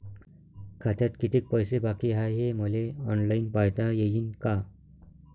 खात्यात कितीक पैसे बाकी हाय हे मले ऑनलाईन पायता येईन का?